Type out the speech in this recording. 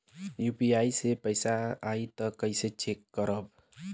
UPI से पैसा आई त कइसे चेक खरब?